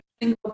single